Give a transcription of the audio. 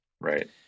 Right